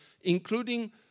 including